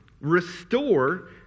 restore